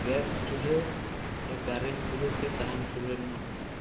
gas ᱪᱩᱞᱦᱟᱹ ᱥᱮ current ᱪᱩᱞᱦᱟᱹ ᱥᱮ ᱥᱟᱦᱟᱱ ᱪᱩᱞᱦᱟᱹ ᱨᱮᱱᱟᱜ ᱯᱷᱟᱨᱟᱠ